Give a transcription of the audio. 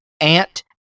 aunt